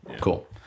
Cool